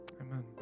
Amen